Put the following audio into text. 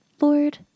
Lord